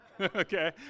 Okay